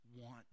want